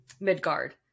Midgard